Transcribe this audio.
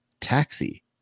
Taxi